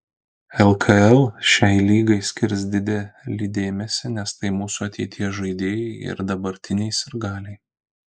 lkl šiai lygai skirs didelį dėmesį nes tai mūsų ateities žaidėjai ir dabartiniai sirgaliai